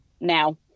now